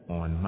on